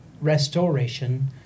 restoration